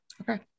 Okay